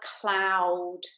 cloud